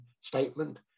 statement